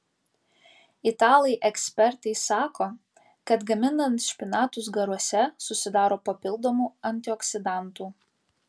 italai ekspertai sako kad gaminant špinatus garuose susidaro papildomų antioksidantų